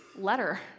letter